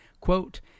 Quote